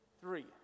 Three